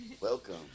Welcome